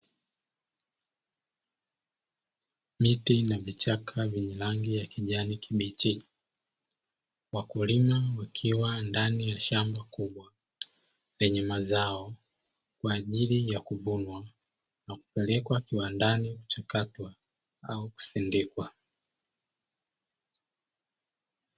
Miti na vichaka vyenye rangi ya kijani kibichi, wakulima wakiwa ndani ya shamba kubwa lenye mazao kwa ajili ya kuvunwa na kupelekwa kiwandani kuchakatwa au kusindikwa.